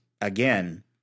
again